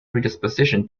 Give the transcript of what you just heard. predisposition